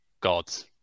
gods